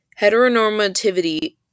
Heteronormativity